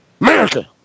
America